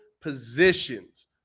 positions